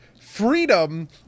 Freedom